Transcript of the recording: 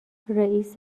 رییس